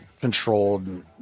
controlled